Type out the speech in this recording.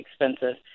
expensive